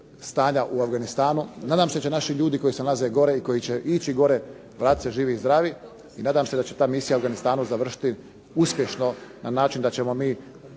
stanja u Afganistanu. Nadam se da će se naši ljudi koji se nalaze gore i koji će ići gore vratiti se živi i zdravi. I nadam se da će ta Misija u Afganistanu završiti uspješno na način da ćemo mi